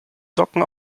socken